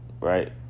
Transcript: right